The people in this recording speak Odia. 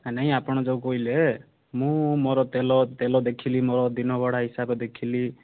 ନାଇଁ ନାଇଁ ଆପଣ ଯେଉଁ କହିଲେ ମୁଁ ମୋର ତେଲ ତେଲ ଦେଖିଲି ମୋର ଦିନ ଭଡ଼ା ହିସାବ ଦେଖିଲି